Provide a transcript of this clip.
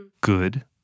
good